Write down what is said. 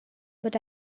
but